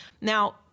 Now